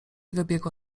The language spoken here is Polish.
wybiegła